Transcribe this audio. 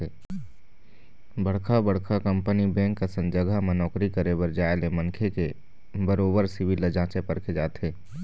बड़का बड़का company bank असन जघा म नौकरी करे बर जाय ले मनखे के बरोबर सिविल ल जाँचे परखे जाथे